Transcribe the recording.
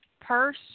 purse